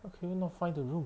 how can you not find the room